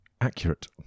accurate